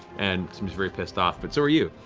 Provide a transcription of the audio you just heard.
and seems very pissed off. but so are you.